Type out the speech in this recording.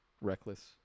reckless